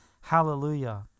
Hallelujah